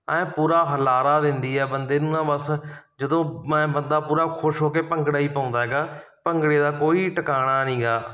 ਐਂ ਪੂਰਾ ਹੁਲਾਰਾ ਦਿੰਦੀ ਹੈ ਬੰਦੇ ਨੂੰ ਨਾ ਬਸ ਜਦੋਂ ਐਂ ਬੰਦਾ ਪੂਰਾ ਖੁਸ਼ ਹੋ ਕੇ ਭੰਗੜਾ ਹੀ ਪਾਉਂਦਾ ਗਾ ਭੰਗੜੇ ਦਾ ਕੋਈ ਟਿਕਾਣਾ ਨੀਗਾ